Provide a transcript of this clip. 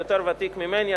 אתה יותר ותיק ממני,